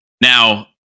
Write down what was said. Now